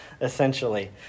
essentially